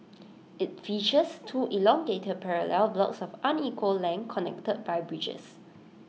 IT features two elongated parallel blocks of unequal length connected by bridges